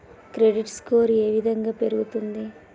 Credit score ఏ విధంగా పెరుగుతుంది?